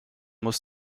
muss